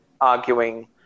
arguing